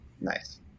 nice